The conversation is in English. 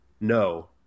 no